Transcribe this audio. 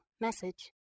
message